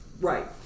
Right